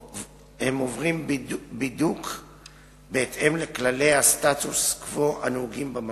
עוברים בידוק בהתאם לכללי הסטטוס-קוו הנהוגים במקום.